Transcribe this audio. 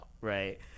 right